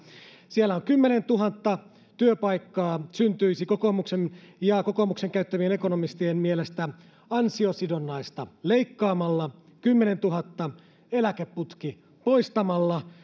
siellä kymmenentuhatta työpaikkaa syntyisi kokoomuksen ja kokoomuksen käyttämien ekonomistien mielestä ansiosidonnaista leikkaamalla kymmenentuhatta eläkeputki poistamalla